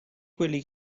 quelli